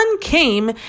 came